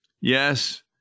Yes